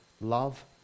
love